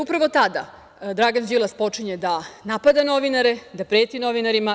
Upravo tada Dragan Đilas počinje da napada novinare, da preti novinarima.